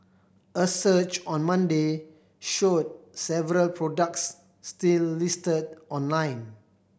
a search on Monday showed several products still listed online